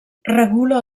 regula